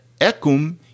ecum